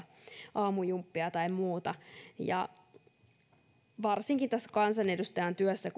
aamujumppia tai muuta varsinkin tässä kansanedustajan työssä